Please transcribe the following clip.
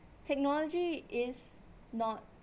technology is not